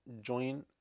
join